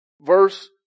Verse